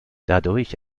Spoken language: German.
dadurch